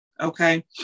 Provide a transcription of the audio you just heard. Okay